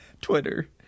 Twitter